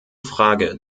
frage